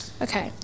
Okay